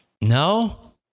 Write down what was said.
No